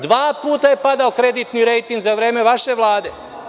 Dva puta je padao kreditni rejting za vreme vaše Vlade.